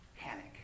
panic